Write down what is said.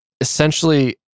essentially